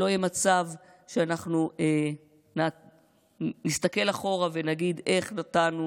שלא יהיה מצב שאנחנו נסתכל אחורה ונגיד: איך נתנו